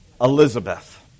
Elizabeth